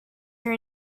her